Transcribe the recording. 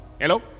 Hello